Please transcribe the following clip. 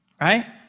right